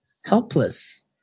Helpless